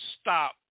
stop